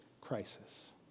crisis